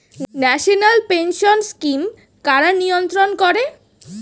National pension scheme কারা নিয়ন্ত্রণ করে?